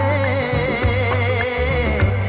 a